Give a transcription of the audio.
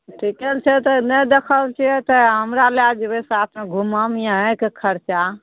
ठीके ने छै तऽ नहि देखल छियै तऽ हमरा लै जेबै साथमे घुमब अहेकेँ खर्चा